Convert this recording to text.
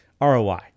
ROI